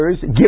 give